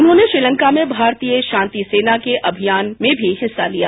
उन्होंने श्रीलंका में भारतीय शांति सेना के अभियान में भी हिस्सा लिया